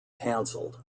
canceled